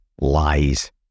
lies